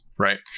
right